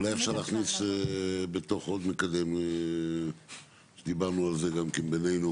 אולי אפשר להכניס בתוכו עוד מקדם שדיברנו על זה בינינו